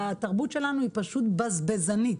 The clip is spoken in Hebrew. התרבות שלנו פשוט בזבזנית,